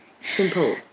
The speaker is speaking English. simple